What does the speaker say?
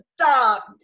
stop